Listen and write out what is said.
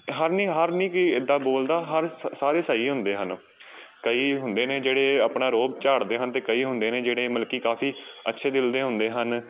ਹਰ ਨਹੀਂ ਹਰ ਨਹੀਂ ਕੋਈ ਇੱਦਾਂ ਬੋਲਦਾ ਹਰ ਸ ਸਾਰੇ ਸਹੀ ਹੁੰਦੇ ਹਨ ਕਈ ਹੁੰਦੇ ਨੇ ਜਿਹੜੇ ਆਪਣੇ ਰੋਅਬ ਝਾੜਦੇ ਹਨ ਅਤੇ ਕਈ ਹੁੰਦੇ ਨੇ ਜਿਹੜੇ ਮਤਲਬ ਕਿ ਕਾਫ਼ੀ ਅੱਛੇ ਦਿਲ ਦੇ ਹੁੰਦੇ ਹਨ